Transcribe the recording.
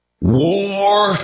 war